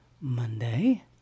Monday